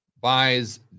buys